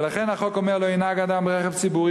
ולכן החוק אומר: לא ינהג אדם ברכב ציבורי